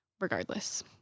regardless